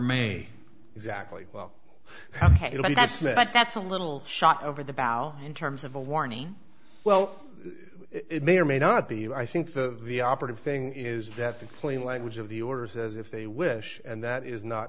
may exactly well that's that's that's a little shot over the bow in terms of a warning well it may or may not be and i think the the operative thing is that the plain language of the orders as if they wish and that is not